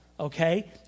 okay